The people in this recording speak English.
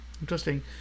Interesting